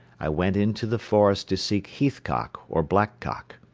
i went into the forest to seek heathcock or blackcock.